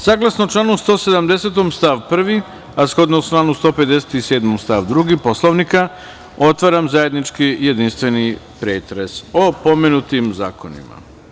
Saglasno članu 180. stav 1, a shodno članu 157. stav 2. Poslovnika, otvaram zajednički jedinstveni pretres o pomenutim zakonima.